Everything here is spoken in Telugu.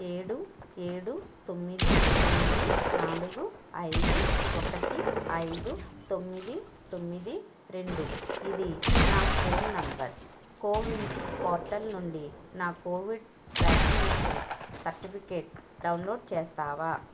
ఏడు ఏడు తొమ్మిది తొమ్మిది నాలుగు ఐదు ఒకటి ఐదు తొమ్మిది తొమ్మిది రెండు ఇది నా ఫోన్ నంబర్ కోవిన్ పోర్టల్ నుండి నా కోవిడ్ వ్యాక్సినేషన్ సర్టిఫికేట్ డౌన్లోడ్ చేస్తావా